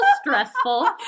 stressful